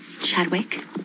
Chadwick